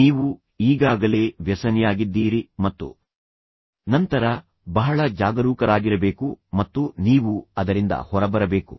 ನೀವು ಈಗಾಗಲೇ ವ್ಯಸನಿಯಾಗಿದ್ದೀರಿ ಮತ್ತು ನಂತರ ಬಹಳ ಜಾಗರೂಕರಾಗಿರಬೇಕು ಮತ್ತು ನೀವು ಅದರಿಂದ ಹೊರಬರಬೇಕು